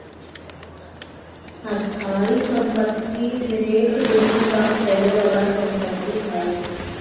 स्थाइ सम्पति ढेरेक दिन तक चले बला संपत्ति हइ